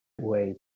wait